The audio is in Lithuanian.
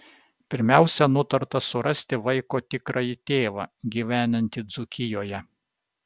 pirmiausia nutarta surasti vaiko tikrąjį tėvą gyvenantį dzūkijoje